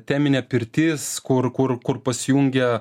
teminė pirtis kur kur kur pasijungia